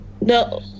no